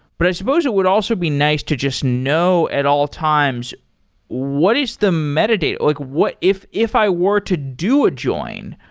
but i suppose it would also be nice to just know at all times what is the metadata. like if if i were to do a join,